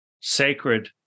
sacred